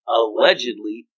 allegedly